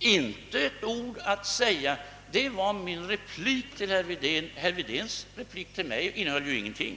inte ett ord att säga. Herr Wedéns replik till mig innehöll ingenting.